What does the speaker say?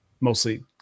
mostly